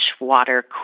water